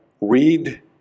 read